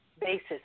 basis